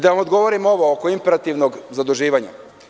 Da vam odgovorim i ovo oko imperativnog zaduživanja.